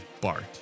Bart